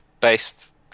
based